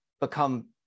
become